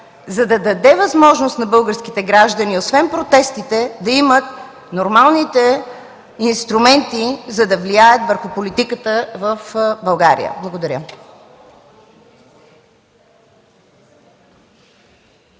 да даде възможност на българските граждани освен протестите да имат нормалните инструменти, за да влияят върху политиката в България. Благодаря.